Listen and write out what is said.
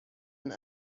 and